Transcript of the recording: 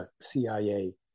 CIA